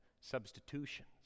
substitutions